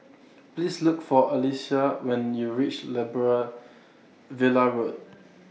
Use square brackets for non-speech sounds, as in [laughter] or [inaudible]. Please Look For Alyssia when YOU REACH [unintelligible] Villa Road